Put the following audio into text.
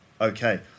Okay